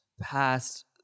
past